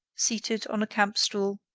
seated on a campstool.